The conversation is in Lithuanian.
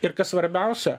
ir kas svarbiausia